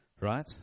Right